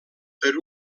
per